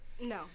No